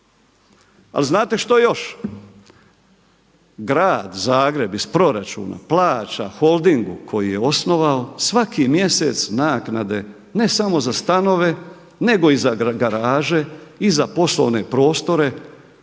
Ali znate što još? Grad Zagreb iz proračuna plaća Holdingu koji je osnovao svaki mjesec naknade ne samo za stanove nego i za garaže i za poslovne prostore